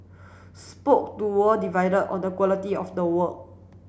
spoke to were divided on the quality of the work